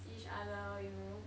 see each other you know